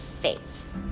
Faith